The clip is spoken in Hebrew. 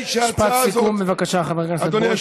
משפט סיכום, בבקשה, חבר הכנסת ברושי.